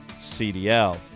CDL